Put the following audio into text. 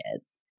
kids